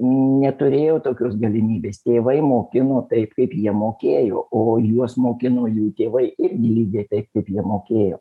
neturėjo tokios galimybės tėvai mokino taip kaip jie mokėjo o juos mokino jų tėvai irgi lygiai taip kaip jie mokėjo